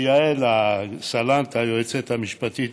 יעל סלנט, היועצת המשפטית